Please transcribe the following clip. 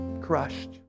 crushed